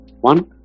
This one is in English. one